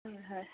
হয় হয়